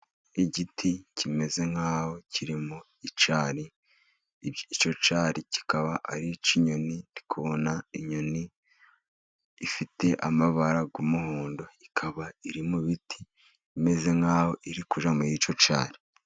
Igiti kimeze nk'aho kirimo icyari, icyo cyari kikaba arik'inyoni ndi kubona, inyoni ifite amabara y'umuhondo ikaba iri mu ibiti imeze nk'aho iri kujya mur'icyo cyari.